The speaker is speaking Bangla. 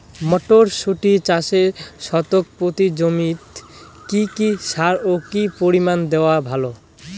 মটরশুটি চাষে শতক প্রতি জমিতে কী কী সার ও কী পরিমাণে দেওয়া ভালো?